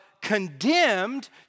condemned